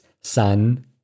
sun